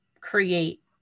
create